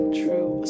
true